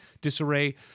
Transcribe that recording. disarray